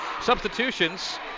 Substitutions